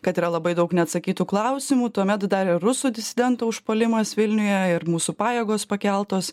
kad yra labai daug neatsakytų klausimų tuomet dar ir rusų disidento užpuolimas vilniuje ir mūsų pajėgos pakeltos